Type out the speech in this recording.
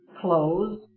clothes